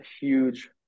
huge